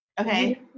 Okay